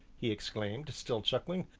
he exclaimed, still chuckling,